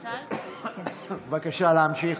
בבקשה, להמשיך.